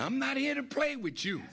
i'm not here to play with you